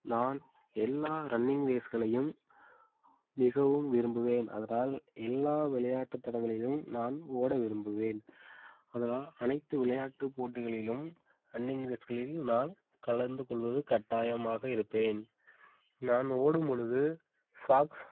நான் எல்லா ரன்னிங் ரேஸ்களையும் மிகவும் விரும்புவேன் அதனால் எல்லா விளையாட்டுத் தடங்களிலும் நான் ஓட விரும்புவேன் அதனால் அனைத்து விளையாட்டுப் போட்டிகளிலும் ரன்னிங் ரேஸ்களில் நான் கலந்துக் கொள்வது கட்டாயமாக இருப்பேன் நான் ஓடும்பொழுது சாக்ஸ்